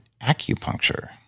acupuncture